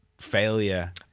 failure